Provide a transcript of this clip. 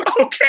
okay